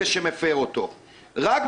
אבי,